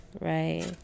Right